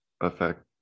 affect